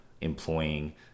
employing